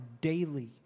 daily